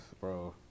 Bro